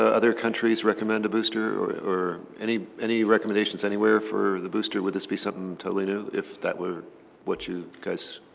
other countries recommend a booster or any any recommendations anywhere for the booster, would this be something totally new, if that were what you guys